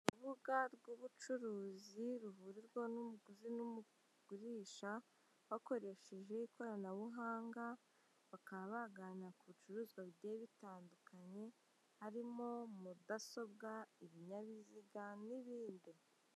Urubuga rw'ubucuruzi ruhurirwaho n'umuguzi n'umugurisha bakoresheje ikoranabuhanga bakaba baganira ku bicuruzwa bigiye bitandukanye harimo mudasobwa, ibinyabiziga n'ibindi.